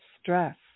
stress